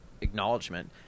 acknowledgement